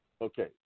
Okay